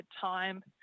time